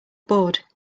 board